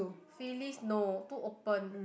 Phyllis no too open